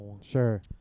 sure